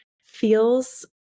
feels